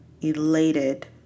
elated